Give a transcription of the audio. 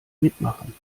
mitmachen